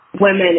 women